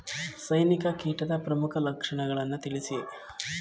ಸೈನಿಕ ಕೀಟದ ಪ್ರಮುಖ ಲಕ್ಷಣಗಳನ್ನು ತಿಳಿಸಿ?